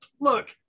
look